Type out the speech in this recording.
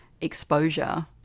exposure